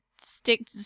stick